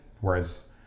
whereas